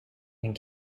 and